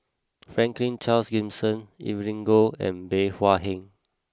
Franklin Charles Gimson Evelyn Goh and Bey Hua Heng